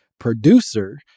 producer